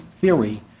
theory